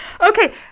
Okay